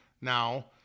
now